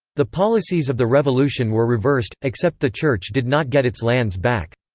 the policies of the revolution were reversed, except the church did not get its lands back.